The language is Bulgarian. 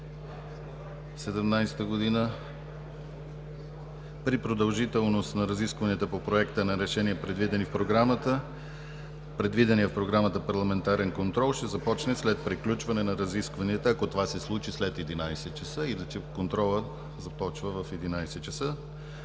2017 г. При продължителност на разискванията по Проекта на решение, предвидени в програмата, предвиденият в Програмата парламентарен контрол ще започне след приключване на разискванията, ако това се случи след 11,00 ч. Иначе контролът започва в 11,00 ч.